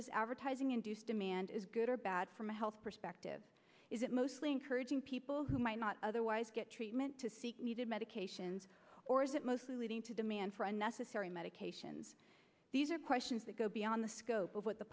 this advertising induced demand is good or bad from a health perspective is it mostly encouraging people who might not otherwise get treatment to seek needed medications or is it mostly leading to demand for unnecessary medications these are questions that go beyond the scope of what the